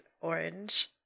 orange